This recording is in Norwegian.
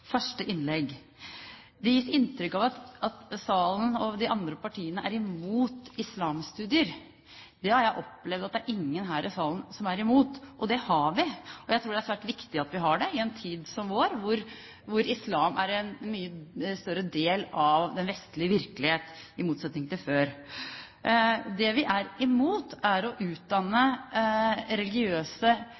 første innlegg: Det gis inntrykk av at de andre partiene i salen er mot islamstudier. Det har jeg opplevd slik at det er ingen her i salen som er imot det – og slike studier har vi. Jeg tror det er svært viktig at vi har det i en tid som vår, hvor islam er en mye større del av den vestlige verdens virkelighet, i motsetning til før. Det vi er imot, er å utdanne religiøse